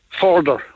further